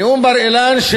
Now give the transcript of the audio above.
נאום בר-אילן,